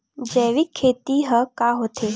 जैविक खेती ह का होथे?